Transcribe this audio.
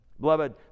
Beloved